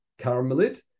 caramelit